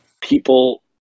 People